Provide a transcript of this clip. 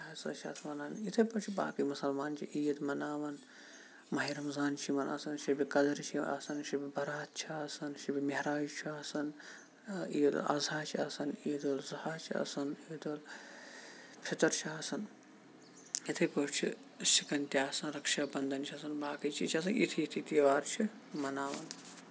کیاہ ہَسا چھِ اَتھ وَنان یِتھے پٲٹھۍ چھُ باقٕے مُسَلمان چھِ عیٖد مَناوَان ماہِ رَمضان چھ یِمَن آسان شیٚبہِ قَدر چھِ آسَان شَبِ بَرات چھِ آسَان شَبِ محراج چھُ آسَان عیٖدالاضحی چھِ آسَان عیدالاضُحی چھِ آسَان عیدُلفِطر چھِ آسَان اِتھے پٲٹھۍ چھُ سِکَن تہِ آسَان رَکشا بَندَن چھُ آسَان باقٕے چیٖز چھِ آسَان یِتھے یِتھے تیٚہوار چھِ مَناوان